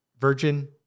virgin